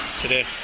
today